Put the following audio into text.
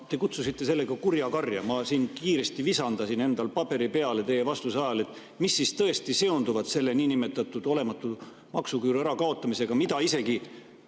te kutsusite sellega kurja karja. Ma siin kiiresti visandasin teie vastuse ajal endale paberi peale, et mis siis tõesti seondub selle niinimetatud olematu maksuküüru ärakaotamisega, mida isegi